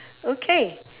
okay